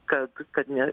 kad kad ne